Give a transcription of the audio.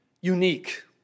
Unique